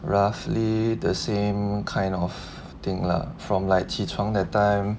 roughly the same kind of thing lah from like 起床 that time